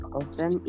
often